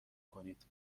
کنید